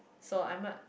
so I'm not